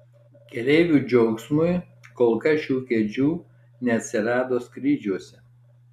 keleivių džiaugsmui kol kas šių kėdžių neatsirado skrydžiuose